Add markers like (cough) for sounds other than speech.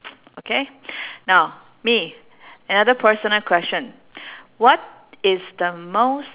(noise) okay now me another personal question what is the most